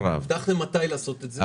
הבטחתם מתי לעשות את זה?